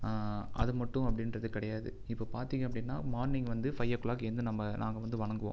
அது மட்டும் அப்படின்றது கிடையாது இப்போ பாத்திங்க அப்படின்னா மார்னிங் வந்து ஃபைவ் ஓ கிளாக் எழுந்து வந்து நம்ம நாங்கள் வந்து வணங்குவோம்